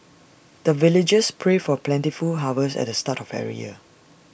the villagers pray for plentiful harvest at the start of every year